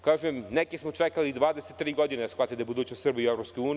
Kažem, neke smo čekali 23 godine da shvate da je budućnost Srbije u EU.